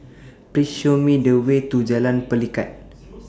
Please Show Me The Way to Jalan Pelikat